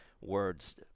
words